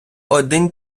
один